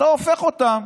ואתה הופך אותם